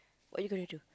what are you gonna do